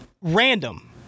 random